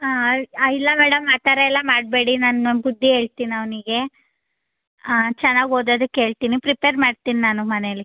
ಹಾಂ ಹಾಂ ಇಲ್ಲ ಮೇಡಮ್ ಆ ಥರ ಎಲ್ಲ ಮಾಡಬೇಡಿ ನಾನು ಬುದ್ದಿ ಹೇಳ್ತಿನ್ ಅವನಿಗೆ ಚೆನ್ನಾಗಿ ಓದೋದಿಕ್ಕೆ ಹೇಳ್ತಿನಿ ಪ್ರಿಪೇರ್ ಮಾಡ್ತಿನಿ ನಾನು ಮನೇಲಿ